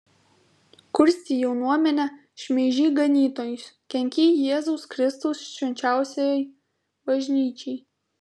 kurstei jaunuomenę šmeižei ganytojus kenkei jėzaus kristaus švenčiausiajai bažnyčiai